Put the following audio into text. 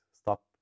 stop